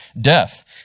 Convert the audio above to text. death